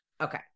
Okay